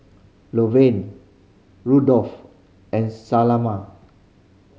Rodolfo and Selma